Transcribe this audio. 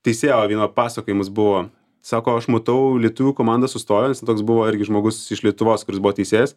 teisėjo vieno pasakojimas buvo sako aš matau lietuvių komanda sustojo jisai toks buvo irgi žmogus iš lietuvos kuris buvo teisėjas